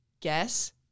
guess